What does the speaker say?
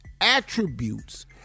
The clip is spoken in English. attributes